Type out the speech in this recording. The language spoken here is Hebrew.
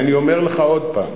אני אומר לך עוד פעם: